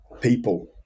people